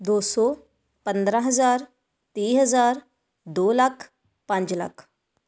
ਦੋ ਸੌ ਪੰਦਰਾਂ ਹਜ਼ਾਰ ਤੀਹ ਹਜ਼ਾਰ ਦੋ ਲੱਖ ਪੰਜ ਲੱਖ